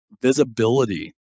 visibility